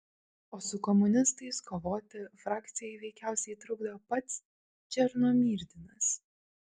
o su komunistais kovoti frakcijai veikiausiai trukdo pats černomyrdinas